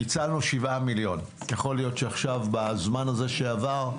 ניצלנו 7,000,000. יכול להיות שעכשיו בזמן הזה שעבר,